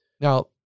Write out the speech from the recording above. Now